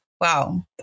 Wow